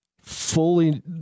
fully